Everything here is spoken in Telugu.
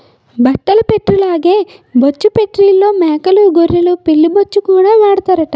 బట్టల ఫేట్రీల్లాగే బొచ్చు ఫేట్రీల్లో మేకలూ గొర్రెలు పిల్లి బొచ్చుకూడా వాడతారట